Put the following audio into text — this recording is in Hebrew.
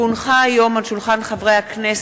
כי הונחה היום על שולחן הכנסת,